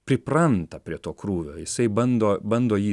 pripranta prie to krūvio jisai bando bando jį